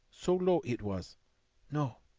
so low it was no!